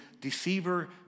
deceiver